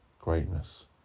greatness